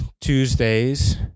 Tuesdays